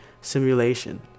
simulation